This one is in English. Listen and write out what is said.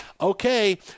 okay